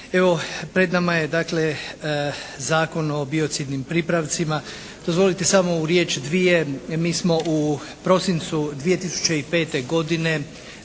pred nama je dakle Zakon o biocidnim pripravcima. Dozvolite samo riječ, dvije. Mi smo u prosincu 2005. godine